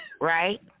right